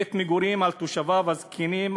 בית מגורים על תושביו הזקנים,